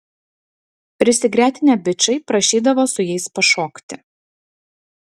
prisigretinę bičai prašydavo su jais pašokti